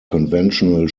conventional